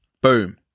Boom